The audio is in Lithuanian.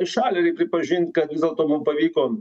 į šalį reik pripažint kad vis dėlto mum pavyko